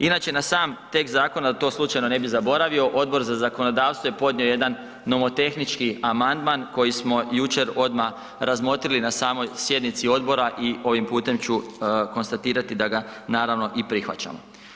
Inače, na sam tekst zakona, da to slučajno ne bi zaboravio, Odbor za zakonodavstvo je podnio jedan nomotehnički amandman koji smo jučer odmah razmotrili na samoj sjednici odbora i ovim putem ću konstatirati da ga naravno, i prihvaćamo.